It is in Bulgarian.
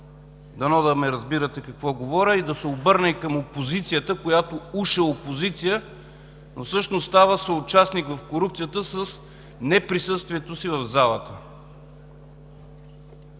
Дано да ме разбирате какво говоря. И да се обърна към опозицията, която уж е опозиция, но всъщност става съучастник в корупцията с неприсъствието си в залата.